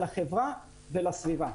לחברה ולסביבה.